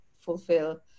fulfill